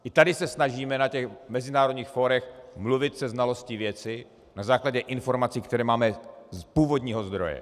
I tady se snažíme na mezinárodních fórech mluvit se znalostí věci na základě informací, které máme z původního zdroje.